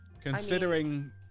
Considering